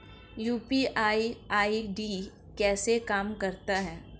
UPI ID कैसे काम करता है?